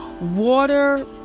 Water